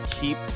Keep